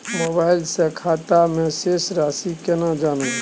Mobile से खाता में शेस राशि केना जानबे?